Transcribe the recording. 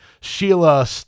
Sheila